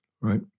right